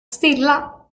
stilla